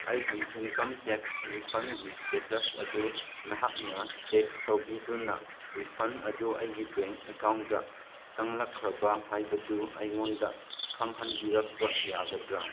ꯑꯩꯒꯤ income tax ꯔꯤꯐꯟꯒꯤ status ꯑꯗꯨ ꯅꯍꯥꯛꯅ ꯆꯦꯛ ꯇꯧꯕꯤꯗꯨꯅ ꯔꯤꯐꯟ ꯑꯗꯨ ꯑꯩꯒꯤ ꯕꯦꯡ ꯑꯦꯛꯀꯥꯎꯟꯗ ꯆꯪꯂꯛꯈ꯭ꯔꯕ ꯍꯥꯏꯕꯗꯨ ꯑꯩꯉꯣꯟꯗ ꯈꯪꯍꯟꯕꯤꯔꯛꯄ ꯌꯥꯒꯗ꯭ꯔꯥ